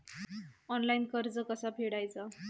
Online कर्ज कसा फेडायचा?